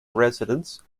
residents